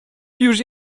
już